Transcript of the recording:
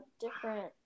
different